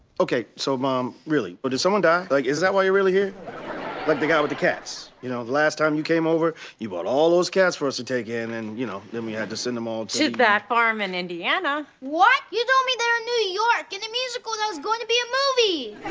ok, so mom, really. but what, did someone die? like is that why you're really here? like the guy with the cats. you know, the last time you came over, you brought all those cats for us to take in and, you know, then we had to send them all to the to that farm in indiana! what? you told me they're in new york in the musical that was going to be a movie!